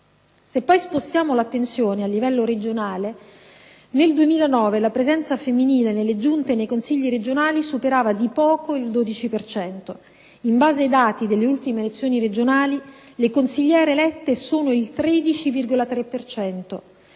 Se poi spostiamo l'attenzione a livello regionale, nel 2009 la presenza femminile nelle Giunte e nei Consigli regionali superava di poco il 12 per cento. In base ai dati delle ultime elezioni regionali, le consigliere elette sono il 13,3